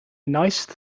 nice